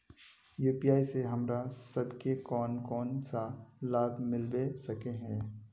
UPI से हमरा सब के कोन कोन सा लाभ मिलबे सके है?